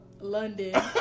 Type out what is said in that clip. London